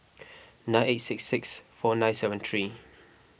nine eight six six four nine seven three